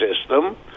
system